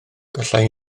gallai